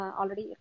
already